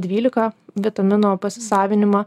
dvylika vitamino pasisavinimą